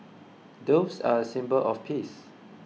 doves are a symbol of peace